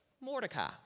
Mordecai